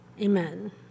Amen